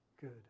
good